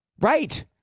Right